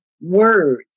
word